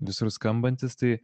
visur skambantys tai